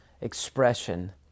expression